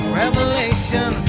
revelation